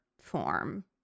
form